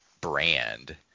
brand